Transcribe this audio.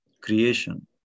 creation